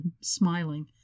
smiling